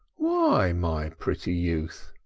why, my pretty youth?